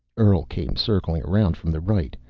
earl came circling around from the right.